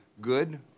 good